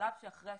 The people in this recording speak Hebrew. בשלב שאחרי השחרור.